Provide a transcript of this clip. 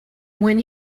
when